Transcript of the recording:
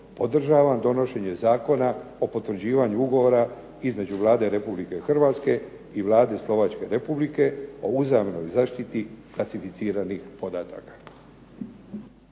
podržavam donošenje Zakona o potvrđivanju Ugovora između Vlade Republike Hrvatske i Vlade Slovačke Republike o uzajamnoj zaštiti klasificiranih podataka.